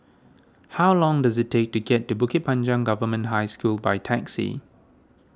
how long does it take to get to Bukit Panjang Government High School by taxi